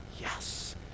yes